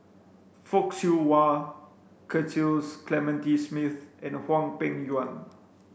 Fock Siew Wah Clementi Smith and Hwang Peng Yuan